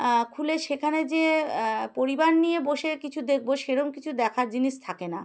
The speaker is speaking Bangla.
খুলে সেখানে যে পরিবার নিয়ে বসে কিছু দেখব সেরকম কিছু দেখার জিনিস থাকে না